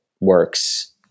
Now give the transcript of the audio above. works